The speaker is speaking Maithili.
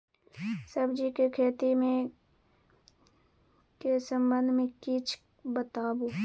सब्जी के खेती के संबंध मे किछ बताबू?